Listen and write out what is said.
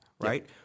right